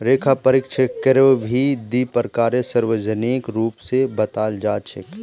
लेखा परीक्षकेरो भी दी प्रकार सार्वजनिक रूप स बताल जा छेक